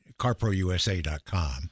carprousa.com